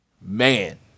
man